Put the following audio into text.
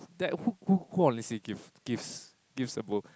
that who who honestly give gives gives a